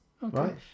Right